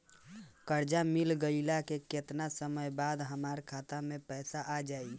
कर्जा मिल गईला के केतना समय बाद हमरा खाता मे पैसा आ जायी?